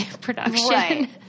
production